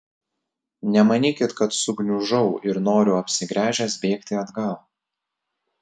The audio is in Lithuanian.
nemanykit kad sugniužau ir noriu apsigręžęs bėgti atgal